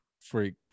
freak